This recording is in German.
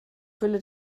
fülle